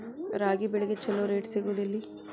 ರಾಗಿ ಬೆಳೆಗೆ ಛಲೋ ರೇಟ್ ಸಿಗುದ ಎಲ್ಲಿ?